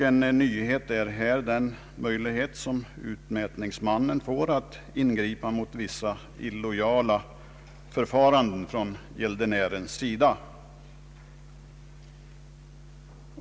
En nyhet är här den möjlighet som utmätningsmannen får att ingripa mot vissa illojala förfaranden från gäldenären.